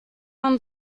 man